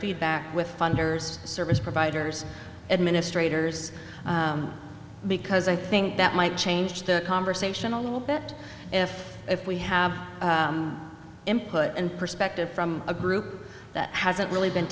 feedback with funders service providers administrators because i think that might change the conversation a little bit if if we have input and perspective from a group that hasn't really been